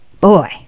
Boy